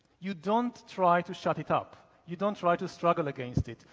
you don't try to shut it up, you don't try to struggle against it.